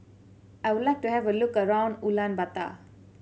I would like to have a look around Ulaanbaatar